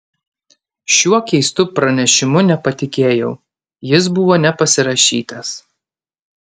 šiuo keistu pranešimu nepatikėjau jis buvo nepasirašytas